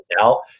out